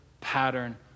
pattern